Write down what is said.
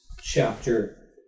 chapter